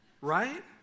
right